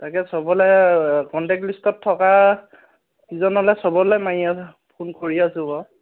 তাকে চবলৈ কণ্টেক্ট লিষ্টত থকা কেইজনলৈ চবলৈ মাৰি আছে ফোন কৰি আছো বাৰু